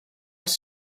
els